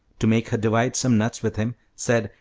to make her divide some nuts with him, said,